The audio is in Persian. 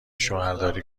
شوهرداری